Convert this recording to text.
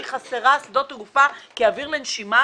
שהיא חסרה שדות תעופה כאוויר לנשימה,